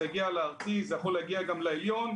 זה יגיע לארצי, זה יכול להגיע גם לעליון.